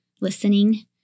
listening